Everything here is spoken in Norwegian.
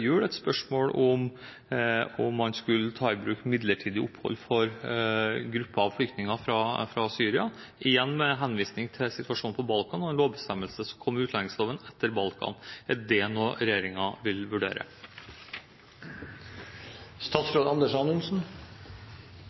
jul et spørsmål om man skulle ta i bruk midlertidig opphold for grupper av flyktninger fra Syria, igjen med henvisning til situasjonen på Balkan og en lovbestemmelse som kom i utlendingsloven etter Balkan. Er det noe regjeringen vil vurdere?